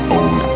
own